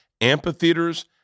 amphitheaters